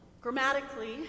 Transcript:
Grammatically